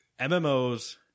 MMOs